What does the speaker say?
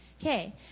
Okay